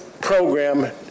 program